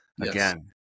Again